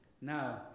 Now